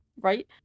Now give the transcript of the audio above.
Right